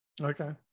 okay